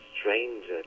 stranger